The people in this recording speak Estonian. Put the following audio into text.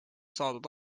saadud